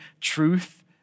truth